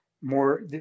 more